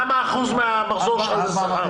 כמה אחוז מהמחזור שלך הוא על שכר?